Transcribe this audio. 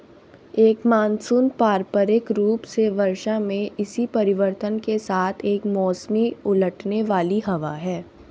एक मानसून पारंपरिक रूप से वर्षा में इसी परिवर्तन के साथ एक मौसमी उलटने वाली हवा है